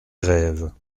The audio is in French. grèves